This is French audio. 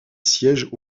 siège